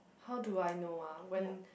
how do I know ah when